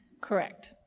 Correct